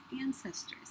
ancestors